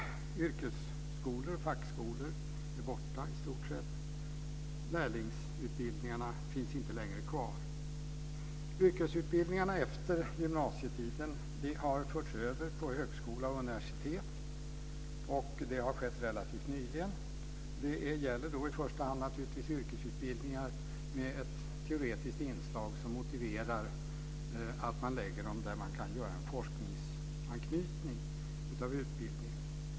Yrkesskolorna och fackskolorna är i stort sett borta och lärlingsutbildningarna finns inte längre kvar. Yrkesutbildningarna efter gymnasietiden har förts över till högskola och universitet. Det har skett relativt nyligen. Det gäller i första hand yrkesutbildningar med ett teoretiskt inslag som motiverar att man lägger dem där man kan göra en forskningsanknytning av utbildningen.